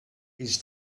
his